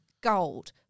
gold